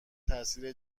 تاثیر